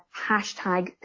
hashtag